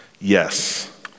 Yes